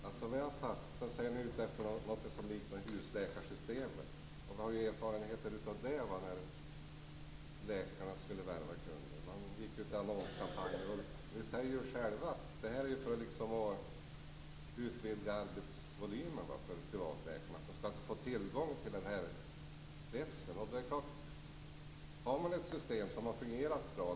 Fru talman! Såvitt jag förstår är ni ute efter något som liknar husläkarsytemet. Vi har erfarenheter av detta när läkarna skulle värva kunder. Man gick ut i annonskampanjer och liknande. Ni säger ju själva att syftet är att utvidga arbetsvolymen för privattandläkarna, att de skall få tillgång till denna kundkrets. Vi har ett system som har fungerat bra.